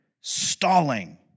stalling